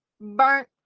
burnt